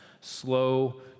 slow